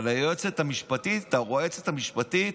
אבל היועצת המשפטית, הרועצת המשפטית,